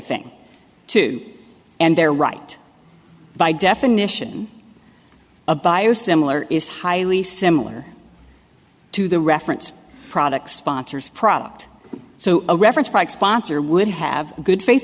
thing too and they're right by definition a bio similar is highly similar to the reference products sponsors product so a reference price sponsor would have a good faith